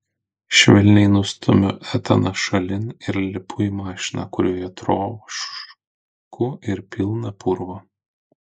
švelniai nustumiu etaną šalin ir lipu į mašiną kurioje trošku ir pilna purvo